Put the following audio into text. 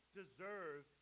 deserve